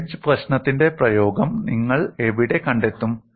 wedge പ്രശ്നത്തിന്റെ പ്രയോഗം നിങ്ങൾ എവിടെ കണ്ടെത്തും